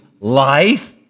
life